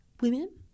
women